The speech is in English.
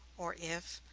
or if,